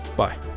Bye